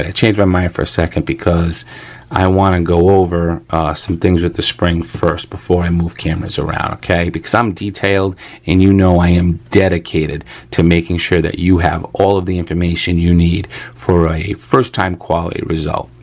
ah changed my mind for a second because i wanna go over some things with the spring first before i move cameras around, okay. because i'm detailed and you know i am dedicated to making sure that you have all of the information you need for a first time quality result,